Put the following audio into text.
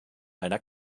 einer